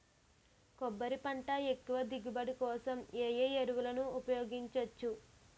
కొబ్బరి పంట ఎక్కువ దిగుబడి కోసం ఏ ఏ ఎరువులను ఉపయోగించచ్చు?